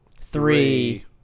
three